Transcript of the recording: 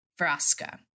Vraska